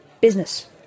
business